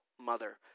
mother